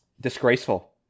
disgraceful